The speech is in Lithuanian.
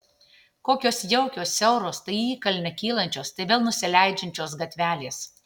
kokios jaukios siauros tai į įkalnę kylančios tai vėl nusileidžiančios gatvelės